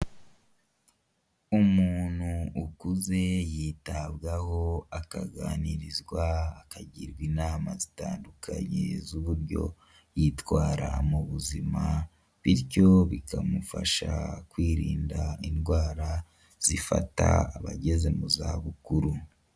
Umuntu ukuze yitabwaho, akaganirizwa, akagirwa inama zitandukanye z'uburyo yitwara mu buzima, bityo bikamufasha kwirinda indwara zifata abageze mu za bukuru.